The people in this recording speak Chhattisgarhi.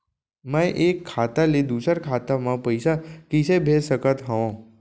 मैं एक खाता ले दूसर खाता मा पइसा कइसे भेज सकत हओं?